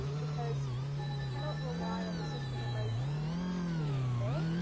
because you cannot rely on the system emoji being there,